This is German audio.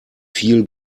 viel